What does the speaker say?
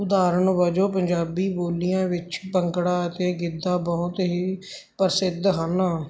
ਉਦਾਹਰਨ ਵਜੋਂ ਪੰਜਾਬੀ ਬੋਲੀਆਂ ਵਿੱਚ ਭੰਗੜਾ ਅਤੇ ਗਿੱਧਾ ਬਹੁਤ ਹੀ ਪ੍ਰਸਿੱਧ ਹਨ